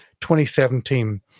2017